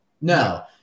No